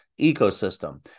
ecosystem